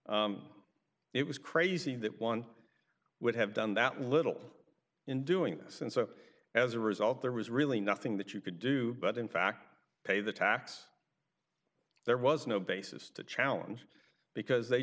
it was crazy that one would have done that little in doing this and so as a result there was really nothing that you could do but in fact pay the tax there was no basis to challenge because they